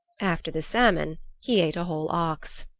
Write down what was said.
after the salmon he ate a whole ox.